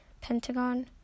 Pentagon